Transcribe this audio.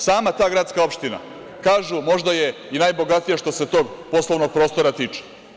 Sama ta gradska opština, kažu, možda je i najbogatija što se tog poslovnog prostora tiče.